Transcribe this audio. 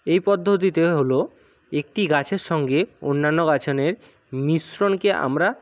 এই পদ্ধতিতে হল একটি গাছের সঙ্গে অন্যান্য গাছনের মিশ্রণকে আমরা